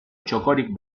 txokorik